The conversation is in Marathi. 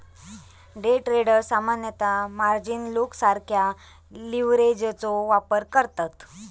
डे ट्रेडर्स सामान्यतः मार्जिन लोनसारख्या लीव्हरेजचो वापर करतत